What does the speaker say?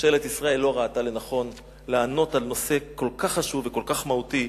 ממשלת ישראל לא ראתה לנכון לענות על נושא כל כך חשוב וכל כך מהותי,